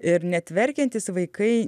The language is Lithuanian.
ir net verkiantys vaikai